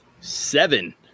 Seven